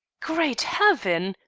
great heaven!